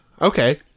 Okay